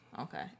Okay